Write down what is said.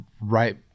right